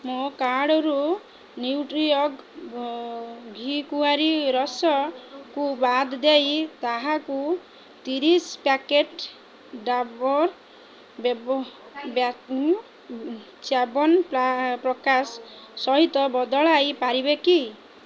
ମୋ କାର୍ଡ଼୍ରୁ ନ୍ୟୁଟ୍ରିଅର୍ଗ ଘି କୁଆଁରୀ ରସକୁ ବାଦ ଦେଇ ତାହାକୁ ତିରିଶ ପ୍ୟାକେଟ୍ ଡାବର୍ ବ୍ୟବ ଚ୍ୟବନପ୍ରାସ୍ ସହିତ ବଦଳାଇ ପାରିବେ କି